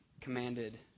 commanded